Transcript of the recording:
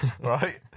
right